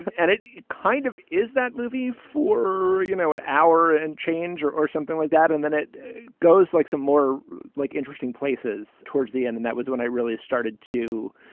and it it kind of is that movie for you know an hour and change or or something like that and then it goes like some more like interesting places towards the end and that was when i really started to